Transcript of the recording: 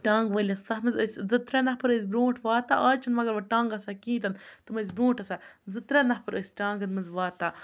ٹانٛگہٕ وٲلِس تَتھ منٛز ٲسۍ زٕ ترٛےٚ نفر ٲسۍ بروںٛٹھ واتان اَز چھِنہٕ مگر وۄنۍ ٹانٛگہٕ آسان کِہیٖنۍ تہِ نہٕ تِم ٲسۍ بروںٛٹھ آسان زٕ ترٛےٚ نفر ٲسۍ ٹانٛگَن منٛز واتان